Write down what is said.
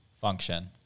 Function